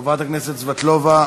חברת הכנסת סבטלובה,